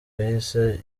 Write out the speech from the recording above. yahise